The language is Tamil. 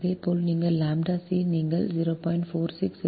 இதேபோல் ʎc நீங்கள் 0